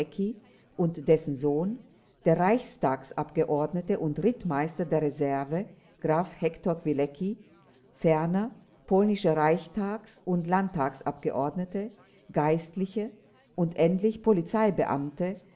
und dessen sohn der reichstagsabgeordnete und rittmeister der reserve graf hektor kwilecki ferner polnische reichstags und landtagsabgeordnete geistliche und endlich polizeibeamte